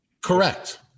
Correct